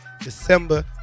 December